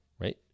right